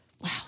Wow